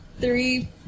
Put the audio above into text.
Three